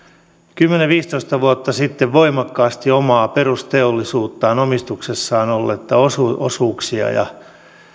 kymmenen viiva viisitoista vuotta sitten voimakkaasti omaa perusteollisuuttaan omistuksessaan olleita osuuksia ja